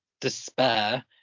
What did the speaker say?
despair